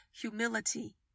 humility